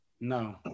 No